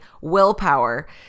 willpower